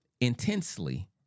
Intensely